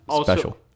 Special